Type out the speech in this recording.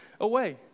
away